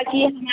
جی